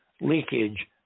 leakage